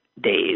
days